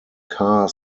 car